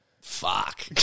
Fuck